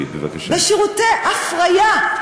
לעשות בשירותי הפריה?